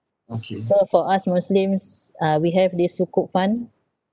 so for us muslims uh we have this sukuk fund